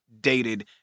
dated